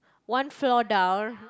one floor down